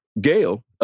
Gail